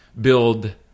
build